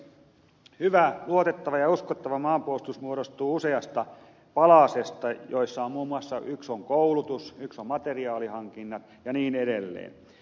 hyvä luotettava ja uskottava maanpuolustus muodostuu useasta palasesta joista muun muassa yksi on koulutus yksi on materiaalihankinnat ja niin edelleen